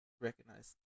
recognize